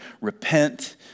repent